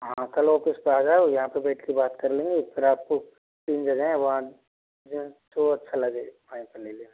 हाँ कल ऑफिस पे आ जाओ यहाँ पे बैठ के बात कर लेंगे रात को तीन जने हैं वहाँ जो अच्छा लगेगा वहीं पे ले लेना